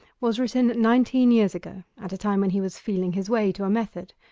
was written nineteen years ago, at a time when he was feeling his way to a method.